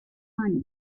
money